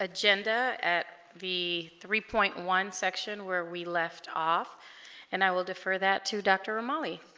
agenda at the three point one section where we left off and i will defer that to dr. o'malley